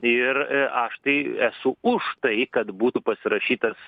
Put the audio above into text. ir aš tai esu už tai kad būtų pasirašytas